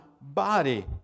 body